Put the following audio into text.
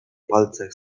palcach